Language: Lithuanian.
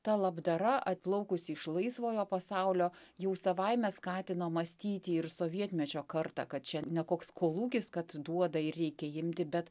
ta labdara atplaukusi iš laisvojo pasaulio jau savaime skatino mąstyti ir sovietmečio kartą kad čia ne koks kolūkis kad duoda ir reikia imti bet